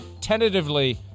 tentatively